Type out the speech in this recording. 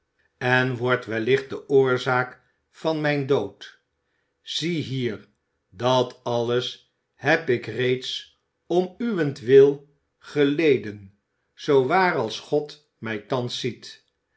en wordt wellicht de oorzaak van mijn dood ziehier dat alles heb ik reeds om uwentwil geleden zoo waar als god mij thans ziet